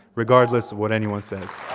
regardless what anyone says.